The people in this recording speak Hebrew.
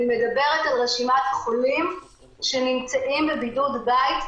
אני מדברת על רשימת חולים שנמצאים בבידוד בית,